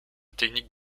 technique